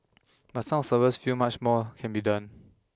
but some observers feel much more can be done